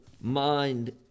mind